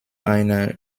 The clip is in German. einer